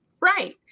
Right